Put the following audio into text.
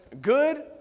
Good